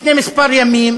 לפני כמה ימים